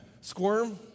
squirm